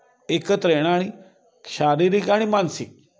एकत्र येणं आणि शारीरिक आणि मानसिक